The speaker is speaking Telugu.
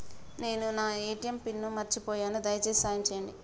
నేను నా ఏ.టీ.ఎం పిన్ను మర్చిపోయిన, దయచేసి సాయం చేయండి